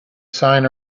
sign